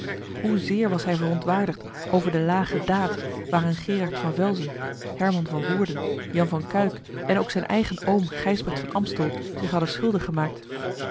hoe zeer was hij verontwaardigd over de lage daad waaraan gerard van velzen herman van woerden jan van kuik en ook zijn eigen oom gijsbrecht van amstel zich hadden schuldig gemaakt